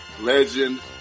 Legend